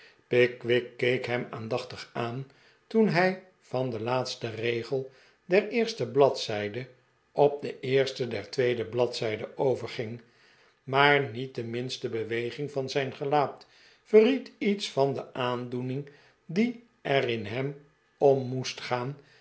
pickwick keek hem aandachtig aan toen hij van den laatsten regel der eerste bladzijde op den eersten der tweede bladzijde overging maar niet de minste beweging van zijn gelaat verried iets van de aandoening die er in hem om moest gaan